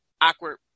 awkward